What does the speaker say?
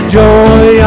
joy